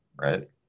right